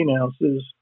ounces